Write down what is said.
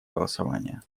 голосования